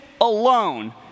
alone